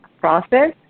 process